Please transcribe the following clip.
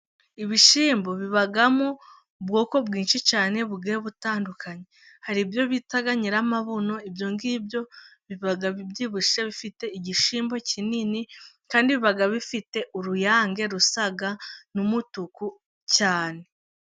Ibishyimbo bibamo ubwoko bwinshi cyane bugiye butandukanye. Hari ibyo bita nyiramabuno, ibyo ngibyo biba bibyibushye bifite igishimbo kinini, kandi biba bifite uruyange rusa n'umutuku cyane.